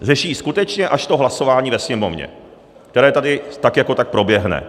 Řeší ji skutečně až to hlasování ve Sněmovně, které tady tak jako tak proběhne.